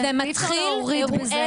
אי-אפשר להוריד את זה.